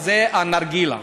וזה הנרגילה.